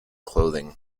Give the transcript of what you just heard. clothing